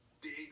big